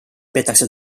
peetakse